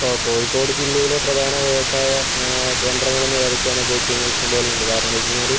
ഓ കോഴിക്കോട് ജില്ലയിലെ പ്രധാന വ്യവസായ കേന്ദ്രങ്ങള് ഏതൊക്കെയാന്ന് വച്ച് കഴിഞ്ഞാൽ ഇഷ്ട്ടം പോലെയുണ്ട് കാരണം എന്താന്ന് വച്ച് കഴിഞ്ഞാല്